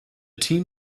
team